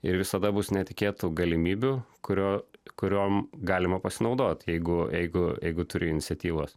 ir visada bus netikėtų galimybių kurio kuriom galima pasinaudot jeigu jeigu jeigu turi iniciatyvos